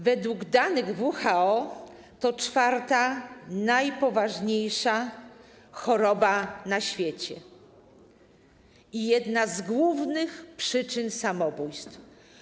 Według danych WHO to czwarta najpoważniejsza choroba na świecie i jedna z głównych przyczyn samobójstw.